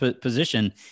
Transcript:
Position